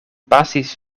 pasis